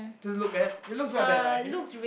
does it look bad it looks quite bad right maybe